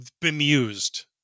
bemused